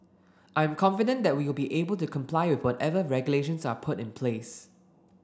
I am confident that we'll be able to comply with whatever regulations are put in place